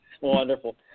Wonderful